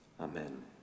Amen